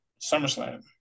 SummerSlam